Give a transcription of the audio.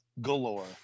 galore